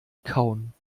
kauen